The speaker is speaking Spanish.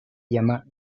llama